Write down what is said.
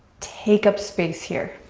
take up space here,